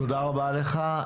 תודה רבה לך.